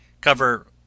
Cover